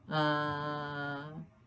uh